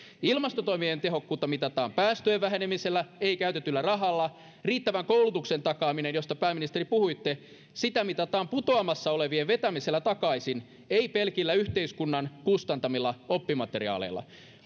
ilmastotoimien tehokkuutta mitataan päästöjen vähenemisellä ei käytetyllä rahalla riittävän koulutuksen takaaminen jokaiselle josta pääministeri puhuitte mitataan putoamassa olevien vetämisellä takaisin ei pelkillä yhteiskunnan kustantamilla oppimateriaaleilla